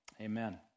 Amen